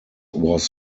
was